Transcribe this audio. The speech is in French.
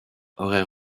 aurait